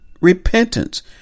repentance